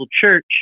church